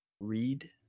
read